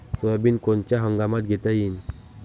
Soybean कोनच्या हंगामात घेता येईन?